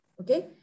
Okay